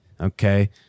Okay